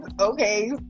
okay